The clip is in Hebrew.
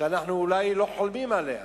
שאנחנו אולי לא חולמים עליה.